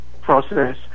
process